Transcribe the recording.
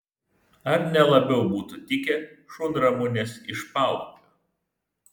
ar ne labiau būtų tikę šunramunės iš paupio